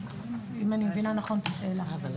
אם אני מבינה נכון את השאלה.